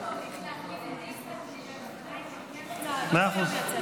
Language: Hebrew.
אני החלפתי עם דיסטל --- מאה אחוז.